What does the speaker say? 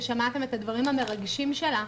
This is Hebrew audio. ושמעתם את הדברים המרגשים שלה,